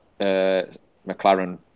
McLaren